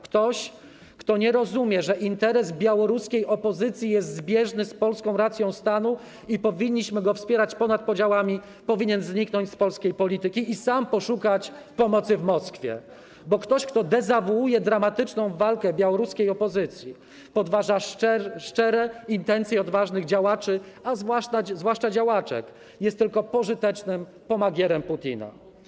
Ktoś, kto nie rozumie, że interes białoruskiej opozycji jest zbieżny z polską racją stanu, że powinniśmy ją wspierać ponad podziałami, powinien zniknąć z polskiej polityki i sam poszukać pomocy w Moskwie, bo ktoś, kto dezawuuje dramatyczną walkę białoruskiej opozycji, podważa szczere intencje odważnych działaczy, a zwłaszcza działaczek, jest tylko pożytecznym pomagierem Putina.